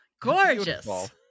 gorgeous